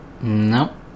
no